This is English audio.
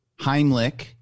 Heimlich